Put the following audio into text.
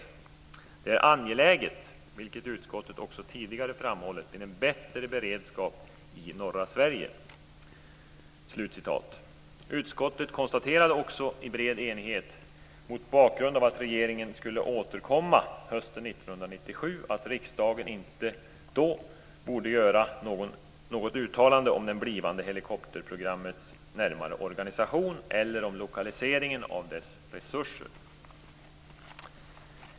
Utskottet framhöll, vilket man också tidigare gjort, att det var angeläget med en bättre beredskap i norra Sverige. Utskottet konstaterade också i bred enighet mot bakgrund av att regeringen skulle återkomma hösten 1997 att riksdagen inte borde göra något uttalande om det blivande helikopterprogrammets närmare organisation eller om lokaliseringen av dess resurser.